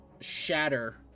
shatter